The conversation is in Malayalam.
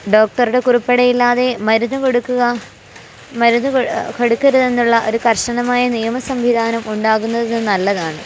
ഡോക്ടറുടെ കുറിപ്പടിയില്ലാതെ മരുന്നു കൊടുക്കുക മരുന്ന് കൊടുക്കരുതെന്നുള്ള ഒരു കർശനമായ നിയമസംവിധാനം ഉണ്ടാകുന്നതും നല്ലതാണ്